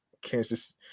kansas